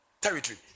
territory